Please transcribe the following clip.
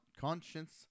conscience